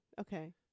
Okay